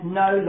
no